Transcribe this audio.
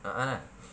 a'ah